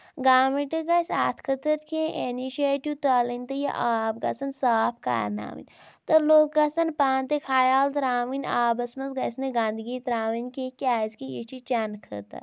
government گژھِ اَتھ خٲطرٕ کیٚنٛہہ اِنِشیٹیو تُلٕنۍ تہٕ یہِ آب گژھن صاف کرناؤنۍ تہٕ لُکھ گژھن پانہٕ تہِ خیال تراوٕنۍ آبس منٛز گژھِ نہٕ گندگی تراؤنۍ کیٚنٛہہ تہٕ کیازِ کہِ یہِ چھُ چینہٕ خٲطرٕ